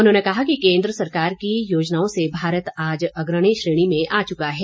उन्होंने कहा कि केन्द्र सरकार की योजनाओं से भारत आज अग्रणी श्रेणी में आ चुका है